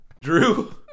Drew